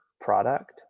product